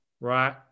right